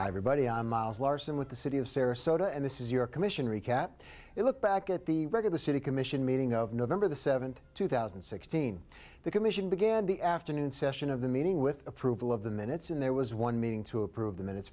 everybody on miles larson with the city of sarasota and this is your commission recap it looked back at the wreck of the city commission meeting of november the seventh two thousand and sixteen the commission began the afternoon session of the meeting with approval of the minutes in there was one meeting to approve the minutes